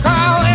Call